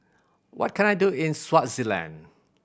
what can I do in Swaziland